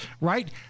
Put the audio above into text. right